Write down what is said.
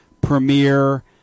premiere